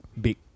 big